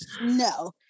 no